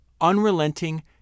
unrelenting